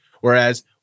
Whereas